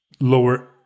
lower